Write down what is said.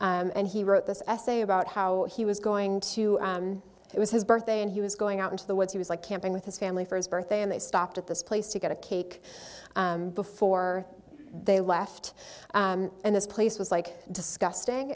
and he wrote this essay about how he was going to it was his birthday and he was going out into the woods he was like camping with his family for his birthday and they stopped at this place to get a cake before they left and this place was like disgusting